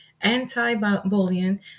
anti-bullying